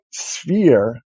sphere